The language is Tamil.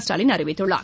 ஸ்டாலின் அறிவித்துள்ளார்